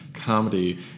Comedy